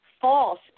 false